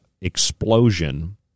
explosion